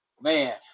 Man